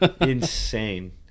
Insane